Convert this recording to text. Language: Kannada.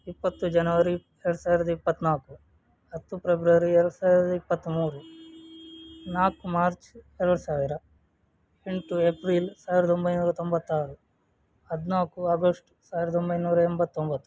ಇಪ್ಪತ್ತು ಜನವರಿ ಎರಡು ಸಾವಿರದ ಇಪ್ಪತ್ತನಾಲ್ಕು ಹತ್ತು ಪ್ರೆಬ್ರವರಿ ಎರಡು ಸಾವಿರದ ಇಪ್ಪತ್ತಮೂರು ನಾಲ್ಕು ಮಾರ್ಚ್ ಎರಡು ಸಾವಿರ ಎಂಟು ಏಪ್ರಿಲ್ ಸಾವಿರದಒಂಬೈನೂರ ತೊಂಬತ್ತಾರು ಹದಿನಾಲ್ಕು ಆಗಸ್ಟ್ ಸಾವಿರದಒಂಬೈನೂರ ಎಂಬತ್ತೊಂಬತ್ತು